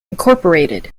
incorporated